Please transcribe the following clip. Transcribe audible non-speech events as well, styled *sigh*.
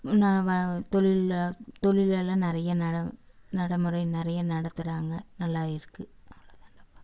*unintelligible* தொழிலில் தொழிலெல்லாம் நிறையா நடம் நடைமுறை நிறையா நடத்துகிறாங்க நல்லா இருக்குது அவ்வளோ தான்டா பா